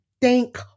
thank